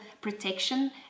protection